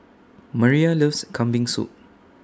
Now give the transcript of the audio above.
Maria loves Kambing Soup